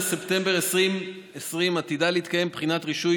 בספטמבר 2020 עתידה להתקיים בחינת רישוי